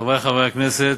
תודה, חברי חברי הכנסת,